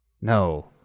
No